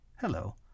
Hello